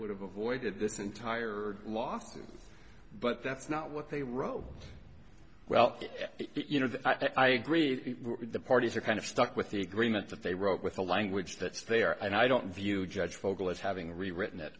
would have avoided this entire law thing but that's not what they wrote well you know i agree with the parties are kind of stuck with the agreement that they wrote with the language that they are and i don't view judge fogel as having rewritten